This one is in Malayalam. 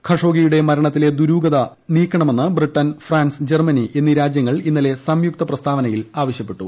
ഖഷോഗിയുടെ മരണത്തിലെ ദൂരൂപ്പു നീക്കണമെന്ന് ബ്രിട്ടൻ ഫ്രാൻസ് ജർമനി എന്നീ രാജൃങ്ങൾ ഇന്നലെ സ്പയുക്തി പ്രസ്താവനയിൽ ആവശ്യപ്പെട്ടു